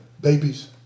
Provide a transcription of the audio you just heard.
babies